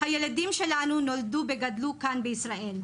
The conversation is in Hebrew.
הילדים שלנו נולדו וגדלו כאן בישראל,